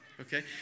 okay